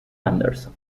anderson